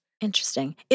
Interesting